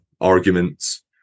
arguments